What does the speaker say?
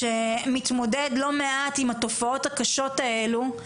שמתמודד לא מעט עם התופעות הקשות האלה,